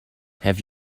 have